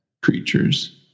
creatures